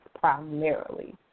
primarily